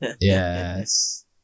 Yes